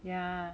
yeah